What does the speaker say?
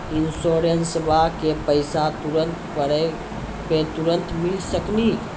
इंश्योरेंसबा के पैसा जरूरत पड़े पे तुरंत मिल सकनी?